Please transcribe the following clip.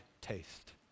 taste